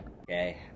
Okay